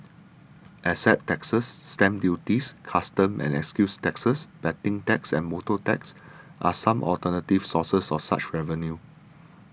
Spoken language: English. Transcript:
asset taxes stamp duties customs and excise taxes betting taxes and motor taxes are some alternative sources of such revenue